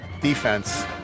defense